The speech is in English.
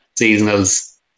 seasonals